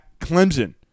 Clemson